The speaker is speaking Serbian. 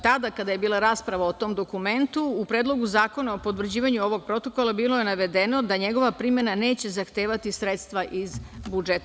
Tada kada je bila rasprava o tom dokumentu u Predlogu zakona o potvrđivanju ovog protokola bilo je navedeno da njegova primena neće zahtevati sredstva iz budžeta.